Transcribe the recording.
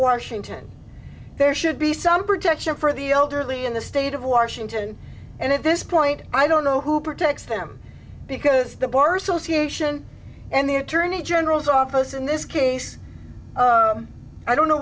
washington there should be some protection for the elderly in the state of washington and at this point i don't know who protects them because the bar association and the attorney general's office in this case i don't know